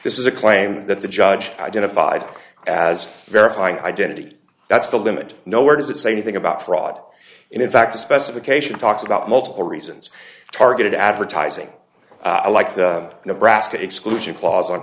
this is a claim that the judge identified as verifying identity that's the limit no where does it say anything about fraud and in fact a specification talks about multiple reasons targeted advertising like the nebraska exclusion clause o